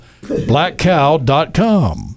blackcow.com